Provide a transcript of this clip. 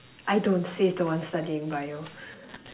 I don't says the one studying Bio